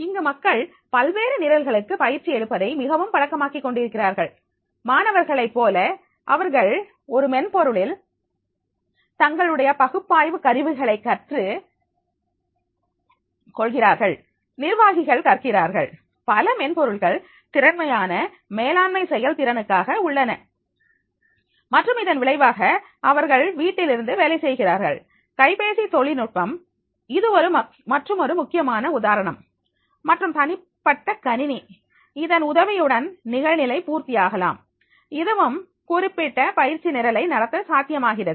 இங்கு மக்கள் பல்வேறு நிரல்களுக்கு பயிற்சி எடுப்பதை மிகவும் பழக்கமாக்கிக் கொண்டிருக்கிறார்கள் மாணவர்களைப் போல அவர்கள் ஒரு மென்பொருளில் தங்களுடைய பகுப்பாய்வு கருவிகளை கற்றுக் கொள்கிறார்கள் நிர்வாகிகள் கற்கிறார்கள் பல மென்பொருள்கள் திறமையான மேலாண்மை செயல்திறனுக்காக உள்ளன மற்றும் இதன் விளைவாக அவர்கள் வீட்டிலிருந்து வேலை செய்கிறார்கள் கைப்பேசி தொழில்நுட்பம் இது மற்றுமொரு முக்கியமான உதாரணம் மற்றும் தனிப்பட்ட கணினி இதன் உதவியுடன் நிகழ்நிலை பூர்த்தி ஆகலாம் இதுவும் குறிப்பிட்ட பயிற்சி நிரலை நடத்த சாத்தியமாகிறது